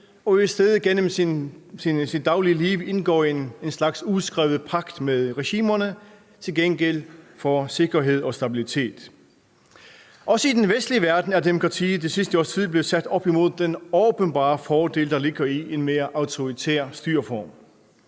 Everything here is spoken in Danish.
og i stedet gennem det daglige liv indgå en slags uskrevet pagt med regimerne til gengæld for sikkerhed og stabilitet. Også i den vestlige verden er demokratiet det sidste års tid blevet sat op imod den åbenbare fordel, der ligger i en mere autoritær styreform.